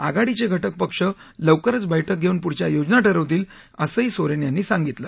आघाडीचे घटक पक्ष लवकरच बैठक घेऊन पुढच्या योजना ठरवतील असंही सोरेन यांनी सांगितलं